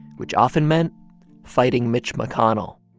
which often meant fighting mitch mcconnell.